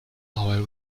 our